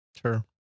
Sure